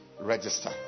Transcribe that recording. register